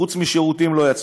חוץ משירותים, לא יצאו.